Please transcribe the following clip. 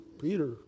Peter